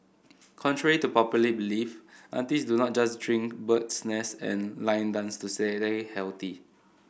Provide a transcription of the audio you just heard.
contrary to popular belief aunties do not just chink bird's nest and line dance to healthy